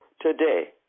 today